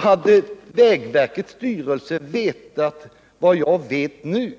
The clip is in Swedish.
Hade vägverkets styrelse vetat vad jag vet nu